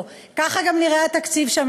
ככה גם נראה התקציב שלו,